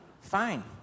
fine